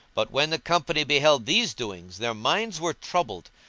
but when the company beheld these doings their minds were troubled,